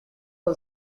was